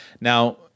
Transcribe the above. Now